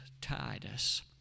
Titus